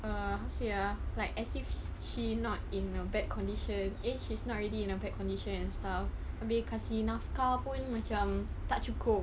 err say ah like as if she not in a bad condition eh she's not really in a bad condition and stuff habis kasi nafkah pun macam tak cukup